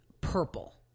purple